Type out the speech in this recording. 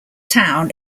town